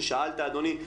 ששאלת אדוני,